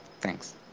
Thanks